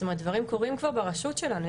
דברים קורים כבר ברשות שלנו.